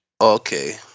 Okay